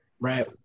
right